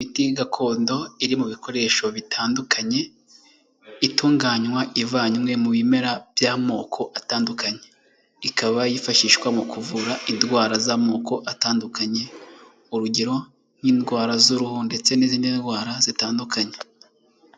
Imiti gakondo iri mu bikoresho bitandukanye, itunganywa ivanywe mu bimera by'amoko atandukanye. Ikaba yifashishwa mu kuvura indwara z'amoko atandukanye, urugero nk'indwara z'uruhu ndetse n'izindi ndwara zitandukanye.